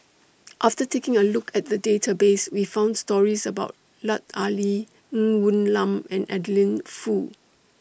after taking A Look At The Database We found stories about Lut Ali Ng Woon Lam and Adeline Foo